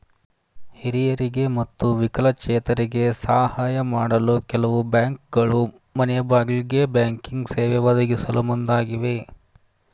ಹಿರಿಯರಿಗೆ ಮತ್ತು ವಿಕಲಚೇತರಿಗೆ ಸಾಹಯ ಮಾಡಲು ಕೆಲವು ಬ್ಯಾಂಕ್ಗಳು ಮನೆಗ್ಬಾಗಿಲಿಗೆ ಬ್ಯಾಂಕಿಂಗ್ ಸೇವೆ ಒದಗಿಸಲು ಮುಂದಾಗಿವೆ